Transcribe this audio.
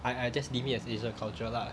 I I just name as asian culture lah